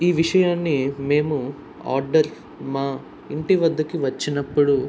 ఈ విషయాన్ని మేము ఆర్డర్ మా ఇంటి వద్దకు వచ్చినప్పుడు